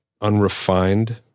unrefined